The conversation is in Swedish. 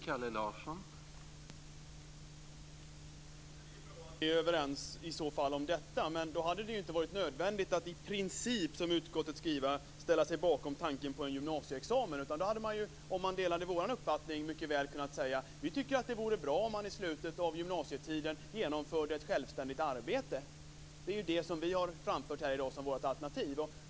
Herr talman! Det är ju i så fall bra att vi är överens om detta. Men då hade det ju inte varit nödvändigt att i princip, som utskottet skriver, ställa sig bakom tanken på en gymnasieexamen. Om man delar vår uppfattning hade man mycket väl kunnat säga att man tycker att det vore bra om eleverna i slutet av gymnasietiden genomförde ett självständigt arbete. Det är ju det som vi har framfört här i dag som vårt alternativ.